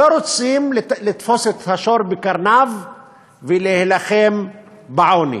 לא רוצים לתפוס את השור בקרניו ולהילחם בעוני.